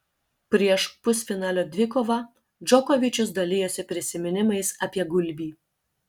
prieš pusfinalio dvikovą džokovičius dalijosi prisiminimais apie gulbį